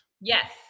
Yes